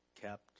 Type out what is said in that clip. kept